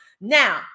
Now